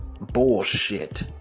bullshit